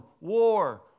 war